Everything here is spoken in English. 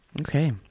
Okay